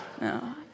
no